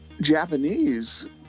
Japanese